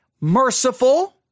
merciful